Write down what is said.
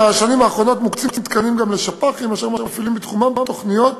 בשנים האחרונות מוקצים תקנים לשפ"חים אשר מפעילים בתחומם תוכניות